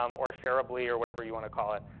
um or shareably, or whatever you want to call it,